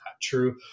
true